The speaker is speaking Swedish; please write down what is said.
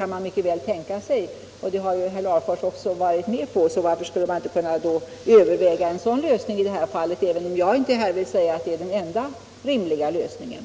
att man mycket väl kan tänka sig det systemet. Det har herr Larfors också varit med på. Varför skulle en sådan lösning inte kunna övervägas i det här fallet, även om jag vill säga att det inte är den enda rimliga lösningen.